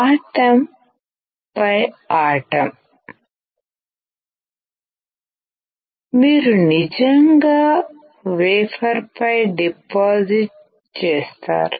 atom by atom మీరు నిజంగా wafer పై డిపాజిట్చేస్తారు